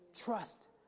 Trust